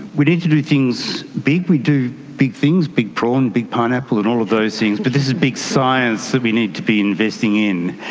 we need to do things big, we do big things, big prawn, big pineapple and all of those things, but this is big science that we need to be investing in.